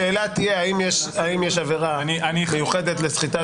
השאלה תהיה האם יש עבירה מיוחדת לסחיטת